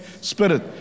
spirit